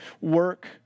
work